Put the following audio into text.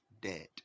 dead